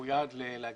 הוא יעד להגיע,